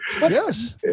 Yes